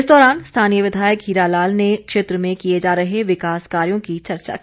इस दौरान स्थानीय विधायक हीरालाल ने क्षेत्र में किए जा रहे विकास कार्यों की चर्चा की